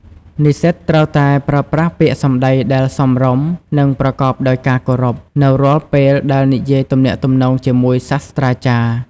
និស្សិតត្រូវតែ ប្រើប្រាស់ពាក្យសម្ដីដែលសមរម្យ និងប្រកបដោយការគោរព នៅរាល់ពេលដែលនិយាយទំនាក់ទំនងជាមួយសាស្រ្តាចារ្យ។